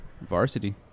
Varsity